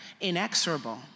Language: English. inexorable